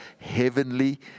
heavenly